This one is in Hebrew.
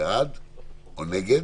בעד או נגד,